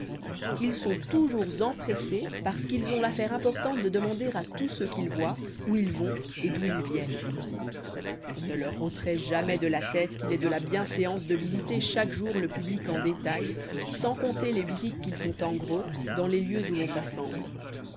ils sont toujours empressés parce qu'ils ont l'affaire importante de demander à tous ceux qu'ils voient où ils vont et d'où ils viennent on ne leur ôteroit jamais de la tête qu'il est de la bienséance de visiter chaque jour le public en détail sans compter les visites qu'ils font en gros dans les lieux où l'on s'assemble